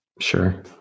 Sure